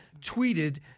tweeted